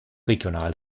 regional